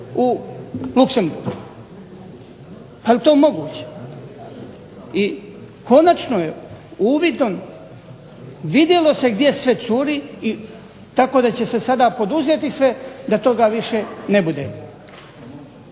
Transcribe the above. u Luxemburgu. Pa jel to moguće? I konačno uvidom vidjelo se gdje sve curi i tako da će se sada poduzeti sve da toga više ne bude.